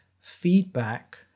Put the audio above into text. feedback